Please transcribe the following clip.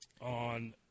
on